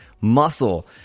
muscle